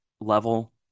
level